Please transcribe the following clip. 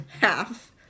half